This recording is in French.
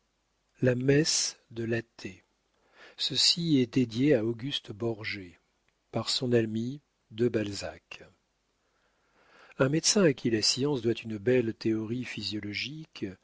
la messe de l'athée ceci est dédié a auguste borget par son ami de balzac un médecin à qui la science doit une belle théorie physiologique